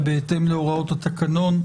ובהתאם להוראות התקנון,